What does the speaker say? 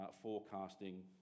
forecasting